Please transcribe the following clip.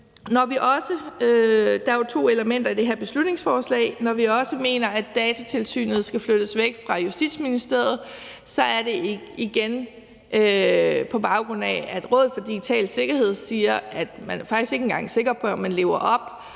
Der er to elementer i det her beslutningsforslag. Når vi også mener, at Datatilsynet skal flyttes væk fra Justitsministeriet, er det igen, på grund af at Rådet for Digital Sikkerhed siger, at man faktisk ikke engang er sikker på, at man lever op